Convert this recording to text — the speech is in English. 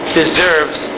deserves